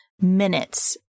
minutes